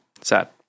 sad